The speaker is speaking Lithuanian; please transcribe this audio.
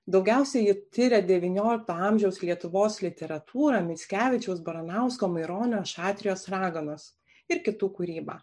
daugiausiai ji tiria devyniolikto amžiaus lietuvos literatūrą mickevičiaus baranausko maironio šatrijos raganos ir kitų kūrybą